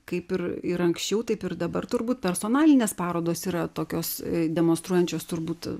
kaip ir ir anksčiau taip ir dabar turbūt personalinės parodos yra tokios demonstruojančios turbūt